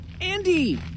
Andy